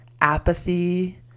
apathy